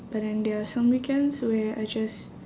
but then there are some weekends where I just